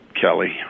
Kelly